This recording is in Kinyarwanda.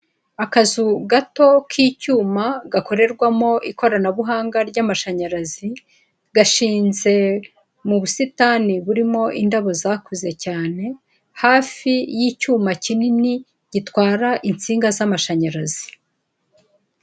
Akazu gato k'icyuma gakorerwamo ikoranabuhanga ry'amashanyarazi gashinze mu busitani burimo indabo zakuze cyane hafi y'icyuma kinini gitwara insinga z'amashanyarazi.